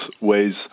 ways